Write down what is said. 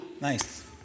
Nice